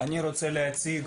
אני רוצה להציג